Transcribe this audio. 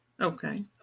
Okay